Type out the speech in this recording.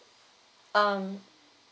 um